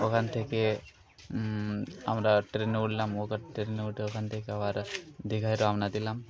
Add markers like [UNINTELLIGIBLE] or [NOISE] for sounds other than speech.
ওখান থেকে আমরা ট্রেনে উঠলাম [UNINTELLIGIBLE] ট্রেনে উঠে ওখান থেকে আবার দীঘায় রওনা দিলাম